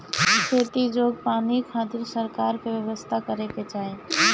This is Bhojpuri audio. खेती जोग पानी खातिर सरकार के व्यवस्था करे के चाही